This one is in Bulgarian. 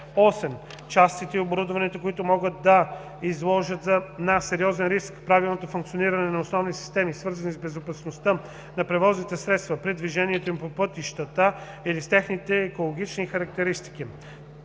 8. частите и оборудването, които могат да изложат на сериозен риск правилното функциониране на основни системи, свързани с безопасността на превозните средства при движението им по пътищата или с техните екологични характеристики.